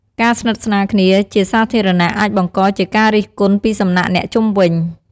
ការស្និទ្ធស្នាលគ្នាជាសាធារណៈអាចបង្កជាការរិះគន់ពីសំណាក់អ្នកជុំវិញ។